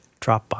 Dropbox